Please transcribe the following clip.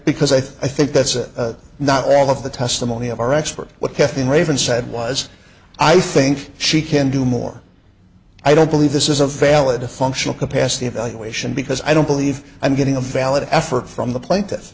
because i think that's a not all of the testimony of our expert what kathleen raven said was i think she can do more i don't believe this is a valid functional capacity evaluation because i don't believe i'm getting a valid effort from the pla